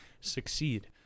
succeed